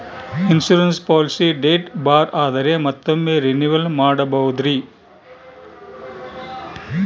Insurance policy date bar ಆದರೆ ಮತ್ತೊಮ್ಮೆ renewal ಮಾಡಬಹುದ್ರಿ?